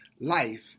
Life